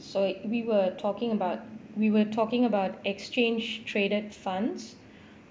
so we were talking about we were talking about exchange traded funds